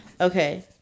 okay